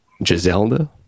Giselda